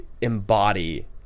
embody